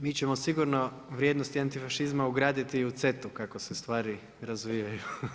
Mi ćemo sigurno vrijednosti antifašizma ugraditi i u CETA-u kako se stvari razvijaju.